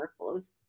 workflows